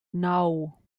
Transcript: naŭ